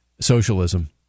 socialism